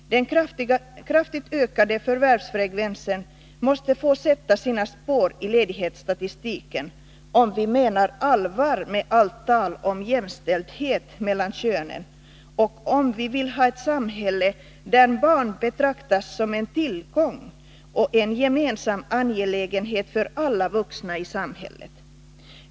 Den kraftigt ökade förvärvsfrekvensen måste få sätta sina spår i ledighetsstatistiken, om vi menar allvar med allt tal om jämställdhet mellan könen och om vi vill ha ett samhälle där barn betraktas som en tillgång och en gemensam angelägenhet för alla vuxna i samhället.